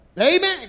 Amen